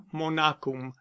monacum